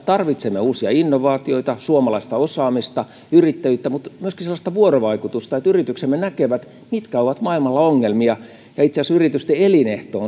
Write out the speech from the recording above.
tarvitsemme uusia innovaatioita suomalaista osaamista ja yrittäjyyttä mutta myöskin sellaista vuorovaikutusta että yrityksemme näkevät mitkä ovat maailmalla ongelmia itse asiassa yritysten elinehto